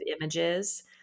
images